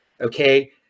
Okay